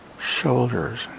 shoulders